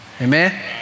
Amen